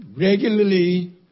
regularly